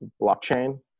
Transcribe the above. blockchain